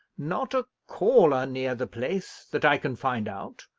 not a caller near the place, that i can find out,